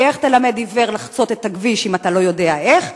כי איך תלמד עיוור לחצות את הכביש אם אתה לא יודע איך?